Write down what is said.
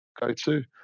go-to